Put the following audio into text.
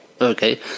okay